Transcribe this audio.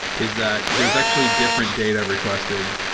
is that there is actually different data requested.